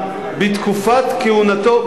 בתקופת כהונתו,